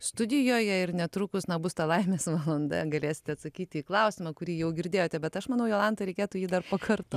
studijoje ir netrukus na bus ta laimės valanda galėsite atsakyti į klausimą kurį jau girdėjote bet aš manau jolanta reikėtų jį dar pakarto